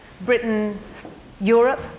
Britain-Europe